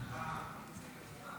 שלוש דקות